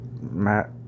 Matt